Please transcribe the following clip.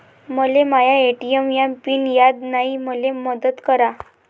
मले माया ए.टी.एम चा पिन याद नायी, मले मदत करा